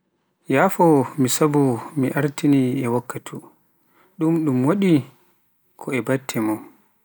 yaafo mi sabu mi artaani e wakkatu, ɗuum waɗi ko e batte mum